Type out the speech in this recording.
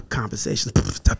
Conversations